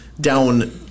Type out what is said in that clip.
down